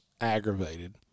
aggravated